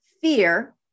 fear